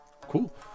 Cool